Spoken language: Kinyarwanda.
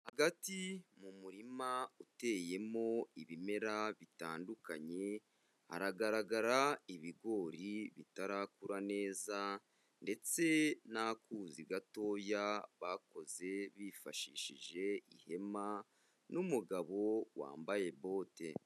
Hagati mu murima uteyemo ibimera bitandukanye haragaragara ibigori bitarakura neza ndetse n'akuzi gatoya bakoze bifashishije ihema n'umugabo wambaye bote.